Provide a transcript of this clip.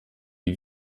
die